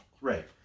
Right